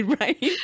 Right